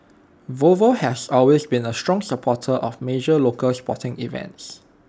Volvo has always been A strong supporter of major local sporting events